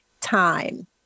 time